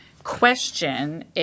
question